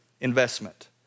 investment